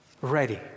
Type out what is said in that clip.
ready